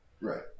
Right